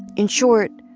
in short,